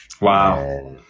wow